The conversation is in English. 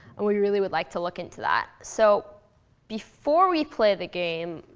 and we really would like to look into that. so before we play the game,